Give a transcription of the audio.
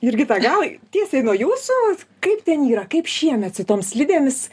jurgita gal tiesiai nuo jūsų kaip ten yra kaip šiemet su tom slidėmis